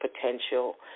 potential